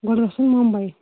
گۄڈٕ گژھُن مُمبی